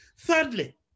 Thirdly